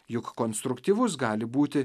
juk konstruktyvus gali būti